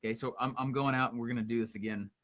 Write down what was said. ah so um i'm going out, and we're gonna do this again